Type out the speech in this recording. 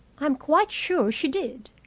i'm quite sure she did.